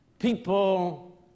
People